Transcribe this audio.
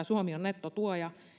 suomi on nettotuoja matkailussa